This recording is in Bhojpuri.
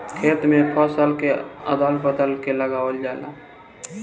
खेत में फसल के अदल बदल के लगावल जाला